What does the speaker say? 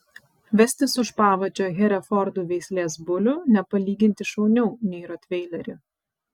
vestis už pavadžio herefordų veislės bulių nepalyginti šauniau nei rotveilerį